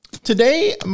Today